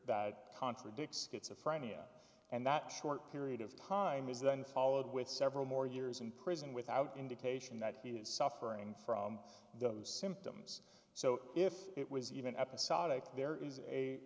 that contradict schizophrenia and that short period of time is then followed with several more years in prison without indication that he was suffering from those symptoms so if it was even episodic there is a